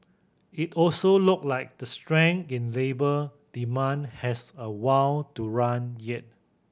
it also look like the strength in labour demand has a while to run yet